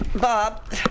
Bob